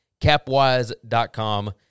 capwise.com